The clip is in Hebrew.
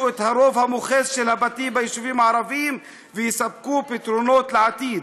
את הרוב המוחץ של הבתים ביישובים הערביים ויספקו פתרונות לעתיד,